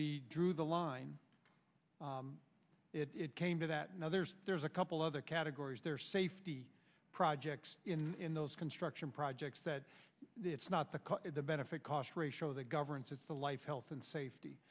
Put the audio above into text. we drew the line it came to that now there's there's a couple other categories there safety projects in those construction projects that it's not the cut the benefit cost ratio that governs it's the life health and safety